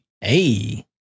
hey